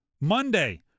Monday